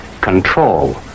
control